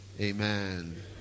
Amen